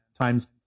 times